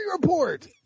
report